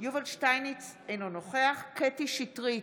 יובל שטייניץ, אינו נוכח קטי קטרין שטרית,